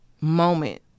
moment